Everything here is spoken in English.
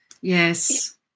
Yes